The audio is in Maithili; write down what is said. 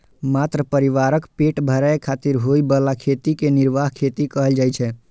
मात्र परिवारक पेट भरै खातिर होइ बला खेती कें निर्वाह खेती कहल जाइ छै